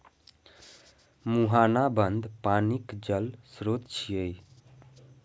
मुहाना बंद पानिक जल स्रोत छियै